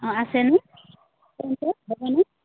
অঁ আছেনে